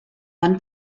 one